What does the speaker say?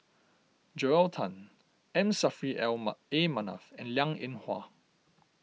Joel Tan M Saffri A Manaf and Liang Eng Hwa